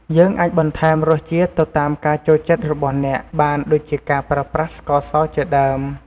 យើងអាចបន្ថែមរសជាតិទៅតាមការចូលចិត្តរបស់អ្នកបានដូចជាការប្រើប្រាស់ស្កសរជាដើម។